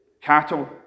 cattle